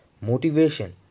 Motivation